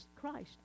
Christ